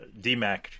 DMAC